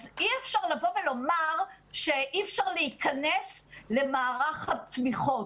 אז אי אפשר לבוא ולומר שאי אפשר להיכנס למערך התמיכות,